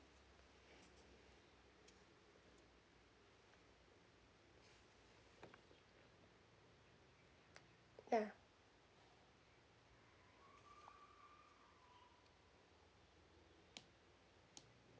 yeah